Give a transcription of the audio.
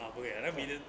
ah 不会 and then minion